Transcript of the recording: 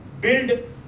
build